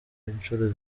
incuro